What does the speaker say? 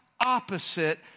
opposite